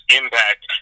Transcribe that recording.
impact